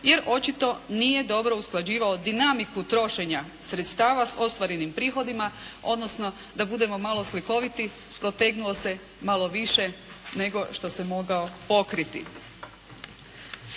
jer očito nije dobro usklađivao dinamiku trošenja sredstava s ostvarenim prihodima odnosno da budemo malo slikoviti, protegnuo se malo više nego što se mogao pokriti.